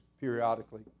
periodically